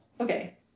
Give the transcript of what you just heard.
Okay